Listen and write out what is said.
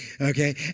okay